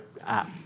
app